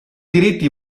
diritti